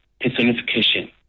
personification